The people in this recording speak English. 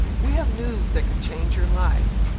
we have news that could change your life.